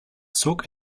zog